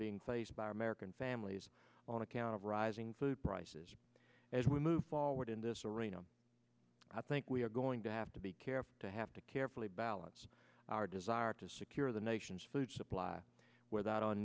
being placed by american families on account of rising food prices as we move forward in this arena i think we are going to have to be careful to have to carefully balance our desire to secure the nation's food supply without